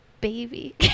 baby